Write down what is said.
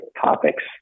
topics